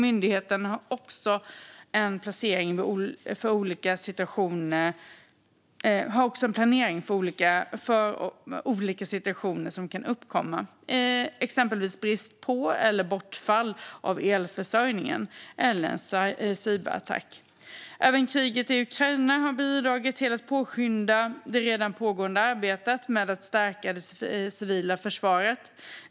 Myndigheten har också en planering för olika situationer som kan uppkomma, exempelvis brist på eller bortfall av elförsörjning eller en cyberattack. Även kriget i Ukraina har bidragit till att påskynda det redan pågående arbetet med att stärka det civila försvaret.